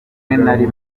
rimwe